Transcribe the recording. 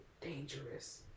Dangerous